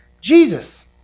Jesus